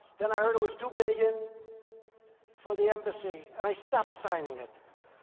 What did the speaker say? then i heard it was two billion for the embassy, and i stopped signing it.